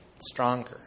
stronger